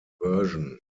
version